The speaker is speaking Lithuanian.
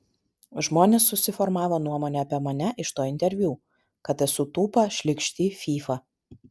žmonės susiformavo nuomonę apie mane iš to interviu kad esu tūpa šlykšti fyfa